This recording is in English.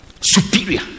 superior